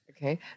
Okay